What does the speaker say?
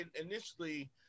initially